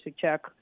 check